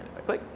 i click,